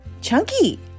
chunky